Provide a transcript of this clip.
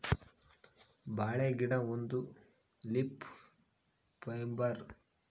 ಬಾಳೆ ಗಿಡ ಒಂದು ಲೀಫ್ ಫೈಬರ್